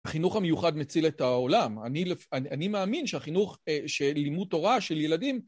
החינוך המיוחד מציל את העולם, אני מאמין שהחינוך של לימוד תורה של ילדים